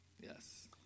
Yes